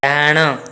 ଡାହାଣ